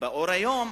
באור היום?